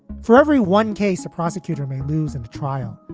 for every one case, a prosecutor may lose and trial.